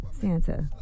Santa